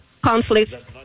conflicts